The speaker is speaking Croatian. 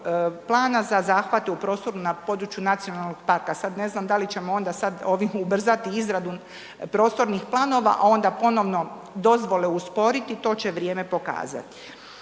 plana za zahvate u prostoru na području nacionalnog parka, sad ne znam da li ćemo onda sad ovim ubrzati izradu prostornih planova, a onda ponovno dozvole usporiti, to će vrijeme pokazati.